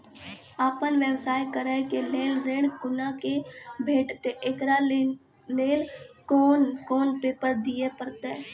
आपन व्यवसाय करै के लेल ऋण कुना के भेंटते एकरा लेल कौन कौन पेपर दिए परतै?